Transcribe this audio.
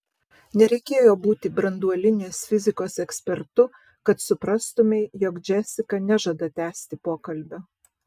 nereikėjo būti branduolinės fizikos ekspertu kad suprastumei jog džesika nežada tęsti pokalbio